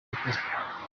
kubikora